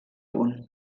punt